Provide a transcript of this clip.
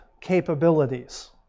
capabilities